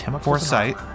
Foresight